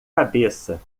cabeça